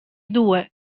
due